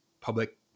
public